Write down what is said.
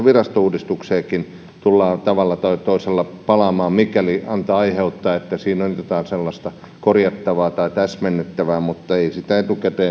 virastouudistukseenkin palata tavalla tai toisella mikäli siihen antaa aihetta se että siinä on jotain sellaista korjattavaa tai täsmennettävää mutta ei sitä etukäteen